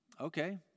Okay